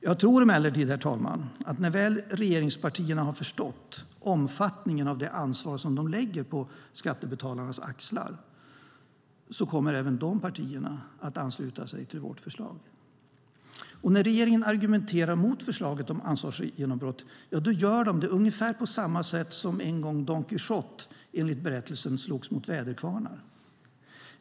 Jag tror emellertid, herr talman, att när väl regeringspartierna har förstått omfattningen av ansvaret som de lägger på skattebetalarnas axlar kommer även de partierna att ansluta sig till vårt förslag. När regeringen argumenterar mot förslaget om ansvarsgenombrott gör man det ungefär på samma sätt som en gång Don Quijote enligt berättelsen slogs mot väderkvarnar.